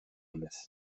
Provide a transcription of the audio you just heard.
эмес